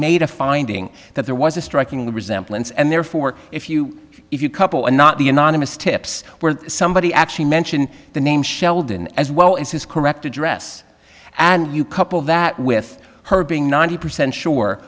made a finding that there was a striking resemblance and therefore if you if you couple and not the anonymous tips were somebody actually mentioned the name sheldon as well as his correct address and you couple that with her being ninety percent sure